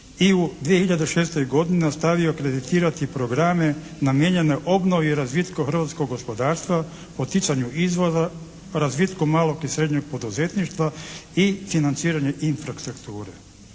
i u 2006. godini nastavio kreditirati programe namijenjene obnovi i razvitku hrvatskog gospodarstva, poticanju izvoza, razvitka malog i srednjeg poduzetništva i financiranju infrastrukture.